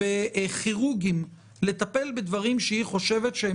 וכירורגיים לטפל בדברים שהיא חושבת שהם